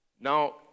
Now